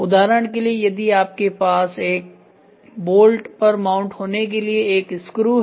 उदाहरण के लिए यदि आपके पास बोल्ट पर माउंट होने के लिए एक स्क्रू है